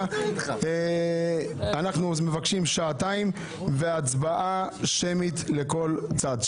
אנחנו מבקשים שעתיים והצבעה שמית אחת לכל צד.